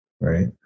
right